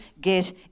get